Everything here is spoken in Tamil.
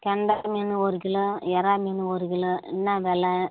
கெண்டை மீன் ஒரு கிலோ எறா மீன் ஒரு கிலோ என்ன வெலை